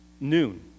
noon